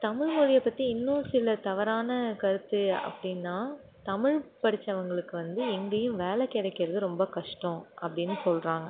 தமிழ்மொழியை பற்றி இன்னும் சில தவறான கருத்து அப்படின்னா தமிழ் படித்தவங்களுக்கு வந்து எங்கேயும் வேலை கிடைக்கிறது ரொம்ப கஷ்டம் அப்படின்னு சொல்கிறாங்க